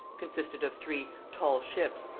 consisted of three tall ships,